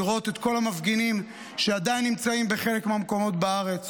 לראות את כל המפגינים שעדיין נמצאים בחלק מהמקומות בארץ,